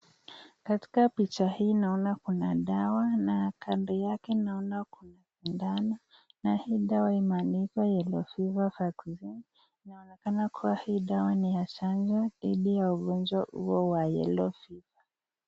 Katika picha hii naona kuna dawa na kando yake naona kuna dawa na hii dawa imeandikwa yellow fever vaccine .Inaonekana kuwa dawa hii ni ya chanjo dhidi ya ugonjwa huo wa yellow fever .